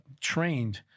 trained